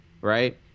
Right